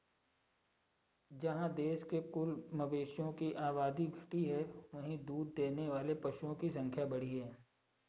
जहाँ देश में कुल मवेशियों की आबादी घटी है, वहीं दूध देने वाले पशुओं की संख्या बढ़ी है